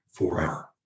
forever